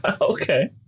Okay